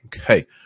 Okay